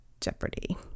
Jeopardy